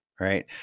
Right